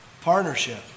Partnership